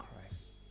Christ